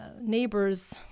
neighbors